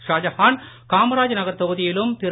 ஷாஜஹான் காமராஜ் நகர் தொகுதியிலும் திரு